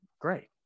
great